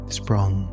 sprung